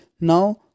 Now